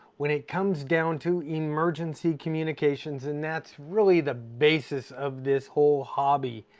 when it comes down to emergency communications, and that's really the basis of this whole hobby,